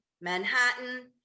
Manhattan